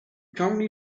currently